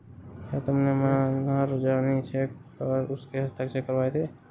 क्या तुमने महाजनी चेक पर उसके हस्ताक्षर करवाए थे?